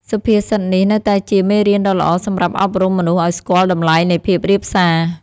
សុភាសិតនេះនៅតែជាមេរៀនដ៏ល្អសម្រាប់អប់រំមនុស្សឱ្យស្គាល់តម្លៃនៃភាពរាបសារ។